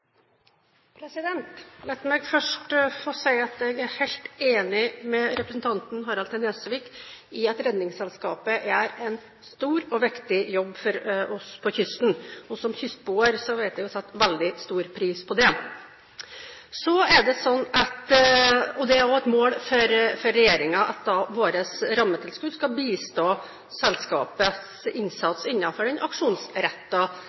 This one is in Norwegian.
meg først få si at jeg er helt enig med representanten Harald T. Nesvik i at Redningsselskapet gjør en stor og viktig jobb for oss på kysten, og som kystbeboer vet jeg å sette veldig stor pris på det. Det er også et mål for regjeringen at våre rammetilskudd skal bistå selskapets innsats innenfor den aksjonsrettede redningstjenesten og det ulykkesforebyggende arbeidet som de gjør. For